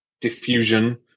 diffusion